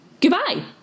goodbye